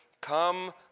come